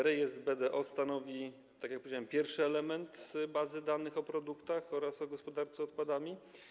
Rejestr BDO stanowi, tak jak powiedziałem, pierwszy element bazy danych o produktach oraz o gospodarce odpadami.